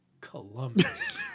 Columbus